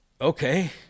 okay